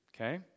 okay